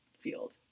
field